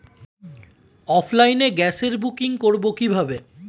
অফলাইনে গ্যাসের বুকিং করব কিভাবে?